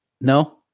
No